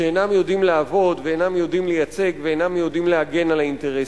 שאינם יודעים לעבוד ואינם יודעים לייצג ואינם יודעים להגן על האינטרסים.